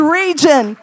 region